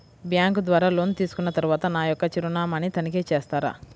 Bank ద్వారా loan తీసుకున్న తరువాత నా యొక్క చిరునామాని తనిఖీ చేస్తారా?